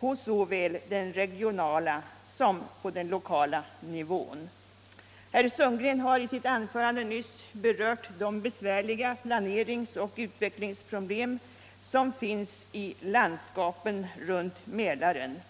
på såväl den regionala som den lokala nivån. Herr Sundgren har i sitt anförande nyss berört de besvärliga planeringsoch utvecklingsproblem som finns i landskapen runt Mälaren.